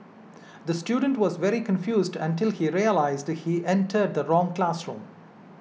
the student was very confused until he realised he entered the wrong classroom